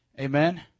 Amen